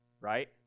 right